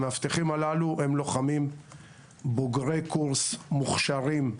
המאבטחים הללו לוחמים בוגרי קורס, מוכשרים,